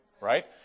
right